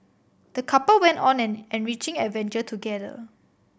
the couple went on an enriching adventure together